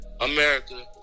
America